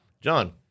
John